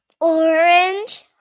Orange